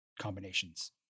combinations